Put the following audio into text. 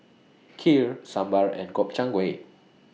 Kheer Sambar and Gobchang Gui